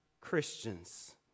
Christians